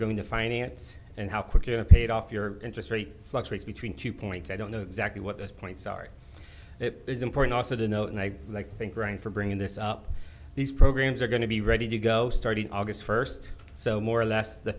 going to finance and how quickly it paid off your interest rate fluctuates between two points i don't know exactly what this point sorry it is important also to note and i like to think growing for bringing this up these programs are going to be ready to go starting august first so more or less the